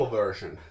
version